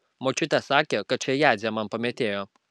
močiutė sakė kad čia jadzė man pametėjo